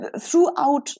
throughout